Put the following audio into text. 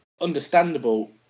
understandable